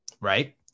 right